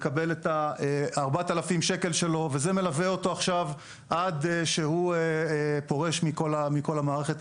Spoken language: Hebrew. מקבל את ה-4,000 שקל שלו וזה מלווה אותו עכשיו עד שהוא פורש מכל המערכת.